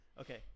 Okay